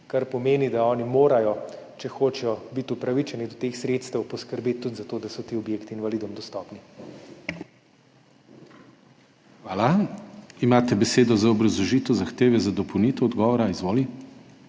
kar pomeni, da oni morajo, če hočejo biti upravičeni do teh sredstev, poskrbeti tudi za to, da so ti objekti invalidom dostopni. **PODPREDSEDNIK DANIJEL KRIVEC:** Hvala. Imate besedo za obrazložitev zahteve za dopolnitev odgovora. Izvoli.